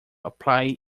apply